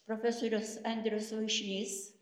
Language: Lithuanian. profesorius andrius vaišnys